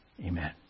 Amen